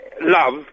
love